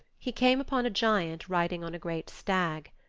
he came upon a giant riding on a great stag.